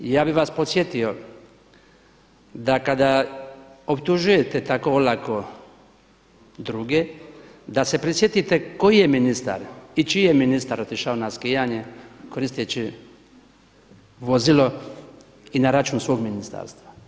Ja bih vas podsjetio da kada optužujete tako olako druge, da se prisjetite koji je ministar i čiji je ministar otišao na skijanje koristeći vozilo i na račun svog ministarstva.